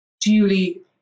duly